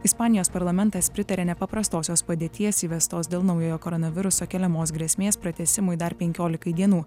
ispanijos parlamentas pritarė nepaprastosios padėties įvestos dėl naujojo koronaviruso keliamos grėsmės pratęsimui dar penkiolikai dienų